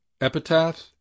Epitaph